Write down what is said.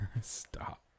Stop